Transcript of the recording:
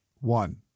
One